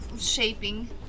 shaping